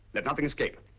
let nothing escape.